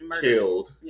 killed